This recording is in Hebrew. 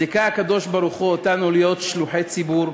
זיכה הקדוש-ברוך-הוא אותנו להיות שלוחי ציבור,